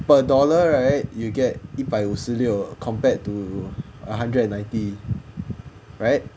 per dollar right you'll get 一百五十六 compared to a hundred and ninety right